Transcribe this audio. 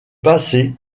passé